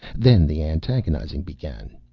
then the antagonising began.